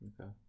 okay